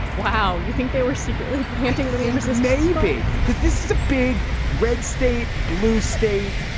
wow. you think they were secretly planting but amos's maybe because this is a big red state. blue state,